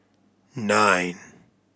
nine